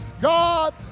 God